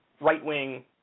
right-wing